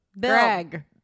Greg